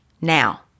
now